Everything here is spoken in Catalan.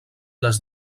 les